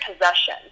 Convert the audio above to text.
possession